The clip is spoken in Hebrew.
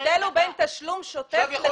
ההבדל הוא בין תשלום שוטף לבין חוב.